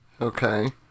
Okay